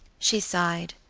she sighed,